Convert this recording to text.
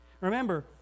Remember